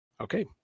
Okay